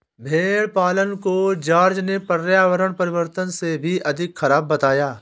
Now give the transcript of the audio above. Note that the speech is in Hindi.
भेड़ पालन को जॉर्ज ने पर्यावरण परिवर्तन से भी अधिक खराब बताया है